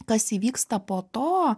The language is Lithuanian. kas įvyksta po to